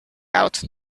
out